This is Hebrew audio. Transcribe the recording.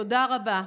תודה רבה.